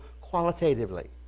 qualitatively